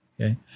Okay